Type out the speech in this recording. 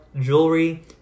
jewelry